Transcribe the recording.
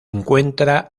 encuentra